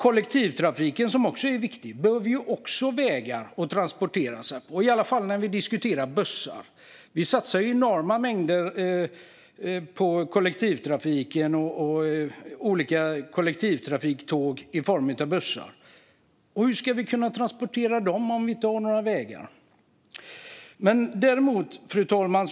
Kollektivtrafiken är också viktig, men den behöver vägar att transportera sig på, i alla fall bussar. Vi satsar enormt mycket på kollektivtrafik och olika kollektivtrafiktåg i form av bussar. Hur ska vi kunna transportera dem om vi inte har några vägar? Fru talman!